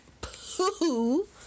Pooh